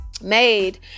made